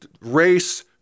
race